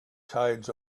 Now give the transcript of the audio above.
tides